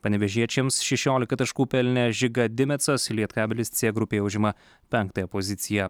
panevėžiečiams šešiolika taškų pelnė žiga dimecas lietkabelis c grupėje užima penktąją poziciją